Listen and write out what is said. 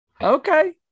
Okay